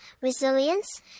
resilience